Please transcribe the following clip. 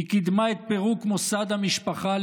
היא קידמה את פירוק מוסד המשפחה,